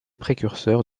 précurseurs